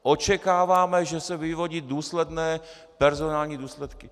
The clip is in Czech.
Očekáváme, že se vyvodí důsledné personální důsledky.